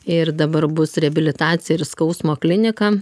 ir dabar bus reabilitacija ir skausmo klinika